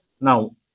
Now